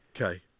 Okay